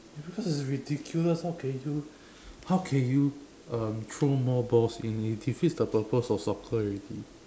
ya because it's ridiculous how can you how can you um throw more balls in it defeats the purpose of soccer already